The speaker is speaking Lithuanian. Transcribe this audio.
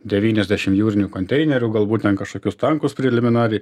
devyniasdešim jūrinių konteinerių galbūt ten kašokius tankus preliminariai